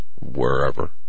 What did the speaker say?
wherever